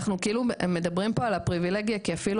אנחנו כאילו מדברים פה על הפריבילגיה כי אפילו